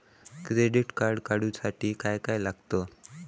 Credit card काढूसाठी काय काय लागत?